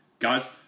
Guys